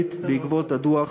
ואנטי-ישראלית בעקבות הדוח